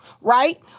right